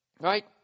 right